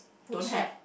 food shed